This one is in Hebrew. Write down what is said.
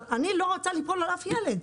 אני לא רוצה ליפול על אף ילד.